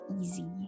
easy